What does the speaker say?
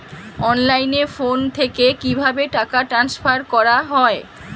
অনলাইনে ফোন থেকে কিভাবে টাকা ট্রান্সফার করা হয়?